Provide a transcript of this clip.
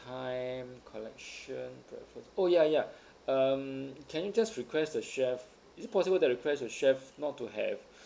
time collection preference oh ya ya um can you just request the chef is it possible to request the chef not to have